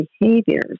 behaviors